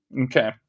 Okay